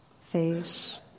face